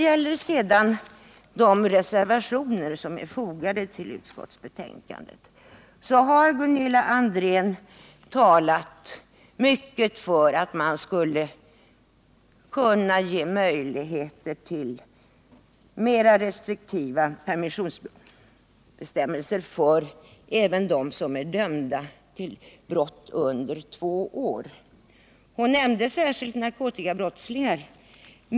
När det sedan gäller de reservationer som är fogade till utskottsbetänkandet, så har Gunilla André talat mycket för mera restriktiva permissionsbestämmelser även för dem som är dömda till en strafftid under två år. Hon nämnde särskilt narkotikabrottslingar.